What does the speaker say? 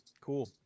Cool